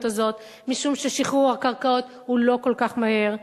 הזאת משום ששחרור הקרקעות הוא לא כל כך מהר.